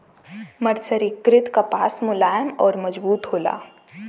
मर्सरीकृत कपास मुलायम आउर मजबूत होला